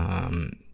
um,